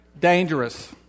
dangerous